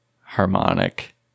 harmonic